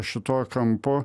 šituo kampu